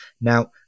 now